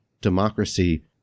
democracy